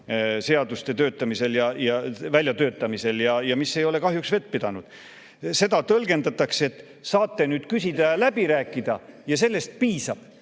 seaduste väljatöötamisel ja see ei ole kahjuks vett pidanud – seda tõlgendatakse nii, et saate nüüd küsida ja läbi rääkida ja sellest piisab.